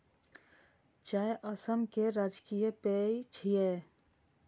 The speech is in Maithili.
चाय असम केर राजकीय पेय छियै